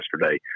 yesterday